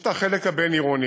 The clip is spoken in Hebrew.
יש החלק הבין-עירוני